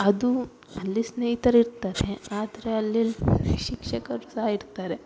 ಅದು ಅಲ್ಲಿ ಸ್ನೇಹಿತರ್ ಇರ್ತಾರೆ ಆದರೆ ಅಲ್ಲಿ ಶಿಕ್ಷಕರು ಸಹ ಇರ್ತಾರೆ